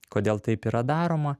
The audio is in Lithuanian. kodėl taip yra daroma